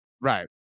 right